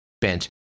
bent